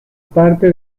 parte